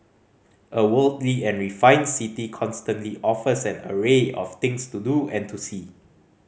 a worldly and refined city constantly offers an array of things to do and to see